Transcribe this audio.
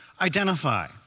identify